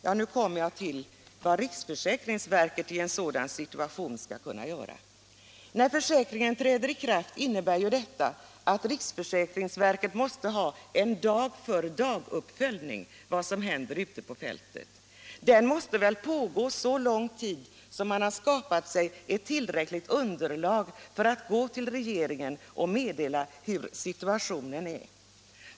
Detta innebär att riksförsäkringsverket när försäkringen träder i kraft måste göra en dag-för-dag-uppföljning av vad som händer ute på fältet. Den måste pågå under så lång tid att man får ett tillräckligt underlag för att kunna gå till regeringen och meddela hurudan situationen är.